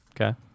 Okay